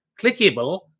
clickable